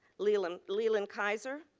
legal um legal and kaiser,